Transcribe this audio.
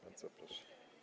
Bardzo proszę.